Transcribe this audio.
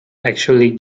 actually